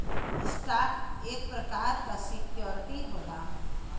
stock एक प्रकार क सिक्योरिटी होला